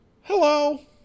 Hello